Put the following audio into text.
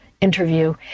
interview